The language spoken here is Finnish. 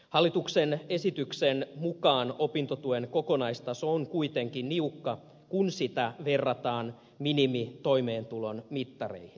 hallituksen esityksen mukaan opintotuen kokonaistaso on kuitenkin niukka kun sitä verrataan minimitoimeentulon mittareihin